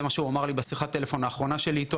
זה מה שהוא אמר לי בשיחת הטלפון האחרונה שלי אתו,